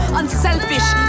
unselfish